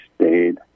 stayed